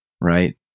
Right